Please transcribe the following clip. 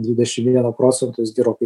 dvidešim vieno procento jis gerokai